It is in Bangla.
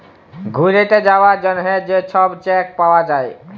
ঘ্যুইরতে যাউয়ার জ্যনহে যে ছব চ্যাক পাউয়া যায়